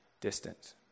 distance